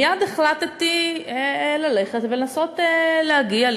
מייד החלטתי ללכת ולנסות להגיע,